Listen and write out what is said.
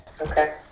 Okay